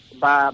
ba